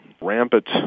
rampant